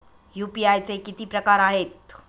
UPI चे किती प्रकार आहेत?